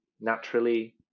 naturally